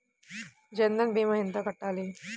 జన్ధన్ భీమా ఎంత కట్టాలి?